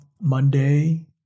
Monday